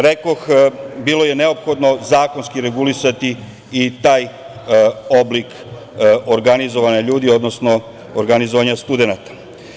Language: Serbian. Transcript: Rekoh, bilo je neophodno zakonski regulisati i taj oblik organizovanja ljudi, odnosno organizovanja studenata.